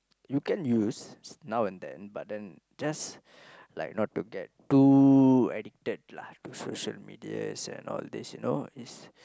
you can use now and then but then just like not to get too addicted lah to social medias and all these you know is